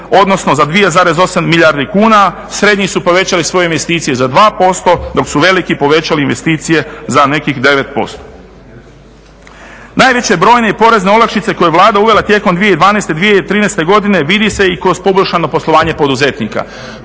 odnosno za 2,8 milijardi kuna. Srednji su povećali svoje investicije za 2%, dok su veliki povećali investicije za nekih 9%. Najveće brojne i porezne olakšice koje je Vlada uvela tijekom 2012., 2013. godine vidi se i kroz poboljšano poslovanje poduzetnika.